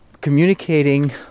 communicating